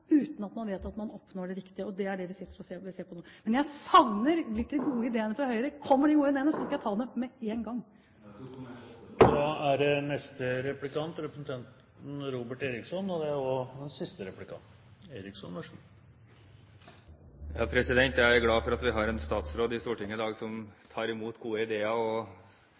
uten at man vet at man oppnår det riktige. Det er det vi ser på nå. Men jeg savner litt de gode ideene fra Høyre. Kommer de gode ideene, skal jeg ta dem med én gang. Vi har et Dokument 8-forslag … Jeg er glad for at vi har en statsråd i Stortinget i dag som tar imot gode ideer og